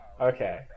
okay